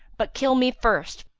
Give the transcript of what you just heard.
but kill me first,